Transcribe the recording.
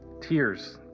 Tears